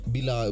Bila